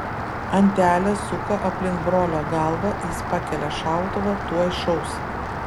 antelė suka aplink brolio galvą jis pakelia šautuvą tuoj šaus